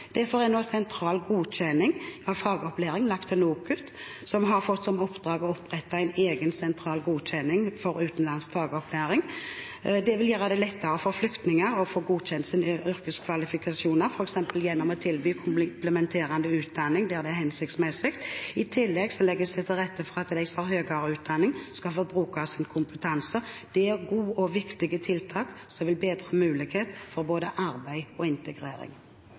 Derfor er nå sentral godkjenning av fagopplæring lagt til NOKUT, som har fått i oppdrag å opprette en egen sentral godkjenning for utenlandsk fagopplæring, f.eks. ved å tilby komplementerende utdanning der det er hensiktsmessig. Det vil gjøre det lettere for flyktninger å få godkjent sine yrkeskvalifikasjoner. I tillegg legges det til rette for at de med høyere utdanning skal få bruke sin kompetanse. Det er gode og viktige tiltak som vil bedre muligheten for både arbeid og integrering.